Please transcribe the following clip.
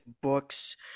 books